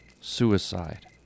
Suicide